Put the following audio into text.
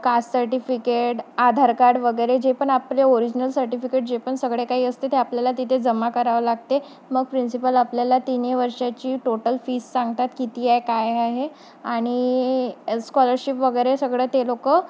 caste certificate Aadhaar card वगैरे जे पण आपले ओरिजिनल सर्टिफिकेट जे पण सगळे काही असते ते आपल्याला तिथे जमा करावं लागते मग प्रिन्सिपल आपल्याला तीनही वर्षाची टोटल फीस सांगतात किती आहे काय आहे आणि स्कॉलरशिप वगैरे सगळं ते लोक